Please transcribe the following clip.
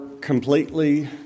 completely